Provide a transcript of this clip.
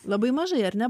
labai mažai ar ne